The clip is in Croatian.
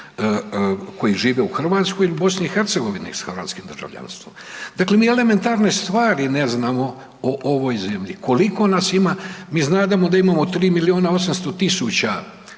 koji žive u Hrvatskoj ili BiH s hrvatskim državljanstvom. Dakle, mi elementarne stvari ne znamo o ovoj zemlji, koliko nas ima, mi znademo da imamo 3.800.000 birača,